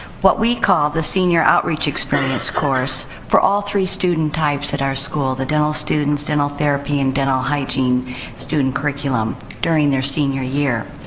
what we call the senior outreach experience course, for all three student types at our school. the dental students, dental therapy, and dental hygiene student curriculum during their senior year.